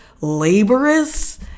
laborious